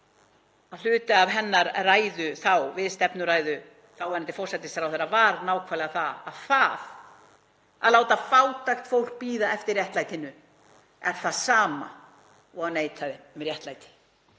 hluti af hennar ræðu þá við stefnuræðu þáverandi forsætisráðherra var nákvæmlega að það að láta fátækt fólk bíða eftir réttlætinu væri það sama og að neita því um réttlæti.